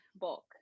bulk